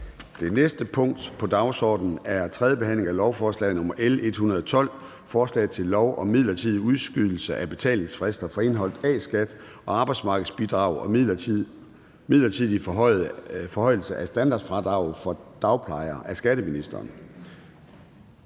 Det næste punkt på dagsordenen er: 12) 3. behandling af lovforslag nr. L 112: Forslag til lov om midlertidig udskydelse af betalingsfrister for indeholdt A-skat og arbejdsmarkedsbidrag og midlertidig forhøjelse af standardfradraget for dagplejere. Af skatteministeren